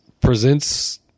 presents